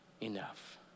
enough